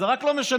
זה לא משנה,